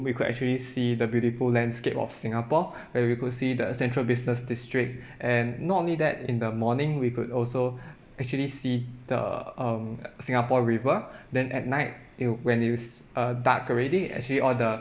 we could actually see the beautiful landscape of singapore where we could see the central business district and not only that in the morning we could also actually see the um singapore river then at night it when is uh dark already actually all the